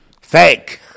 Fake